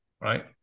Right